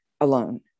alone